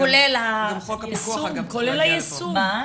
כולל היישום,